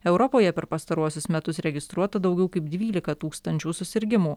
europoje per pastaruosius metus registruota daugiau kaip dvylika tūkstančių susirgimų